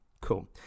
cool